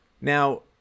now